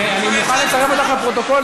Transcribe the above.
אני מוכן לצרף אותך לפרוטוקול,